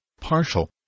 partial